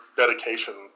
dedication